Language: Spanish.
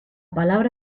palabra